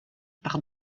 par